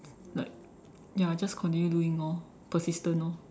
like ya just continue doing lor persistent orh